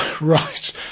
Right